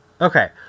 Okay